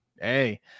hey